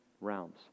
realms